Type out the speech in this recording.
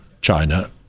China